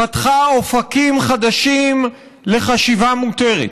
פתחה אופקים חדשים לחשיבה מותרת.